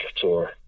tour